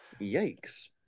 Yikes